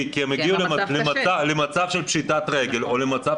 כי הם הגיעו למצב של פשיטת רגל או למצב